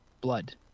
blood